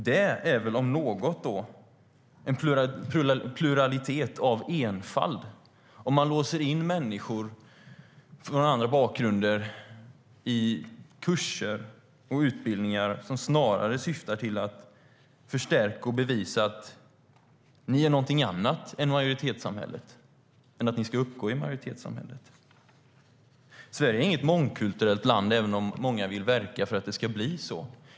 Det, om något, är väl en pluralitet av enfald, om man låser in människor med andra bakgrunder i kurser och utbildningar som snarare syftar till att förstärka och bevisa att de är någonting annat än majoritetssamhället. Det är någonting annat än att de ska ingå i majoritetssamhället. Sverige är inget mångkulturellt land, även om många vill verka för att det ska bli så.